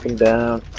down